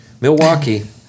Milwaukee